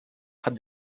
had